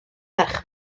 ferch